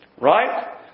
right